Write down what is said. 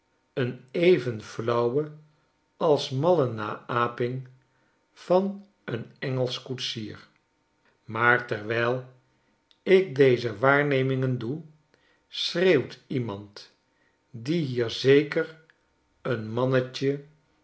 een even flauwe als malle naaping van een engelsch koetsier maar terwijl ik deze waarnemingen doe schreeuwt iemand die hier zeker een mannetje